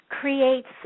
creates